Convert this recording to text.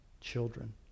children